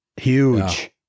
huge